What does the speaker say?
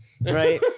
right